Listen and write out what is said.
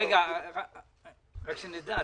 רגע, רק שנדע.